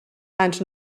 ans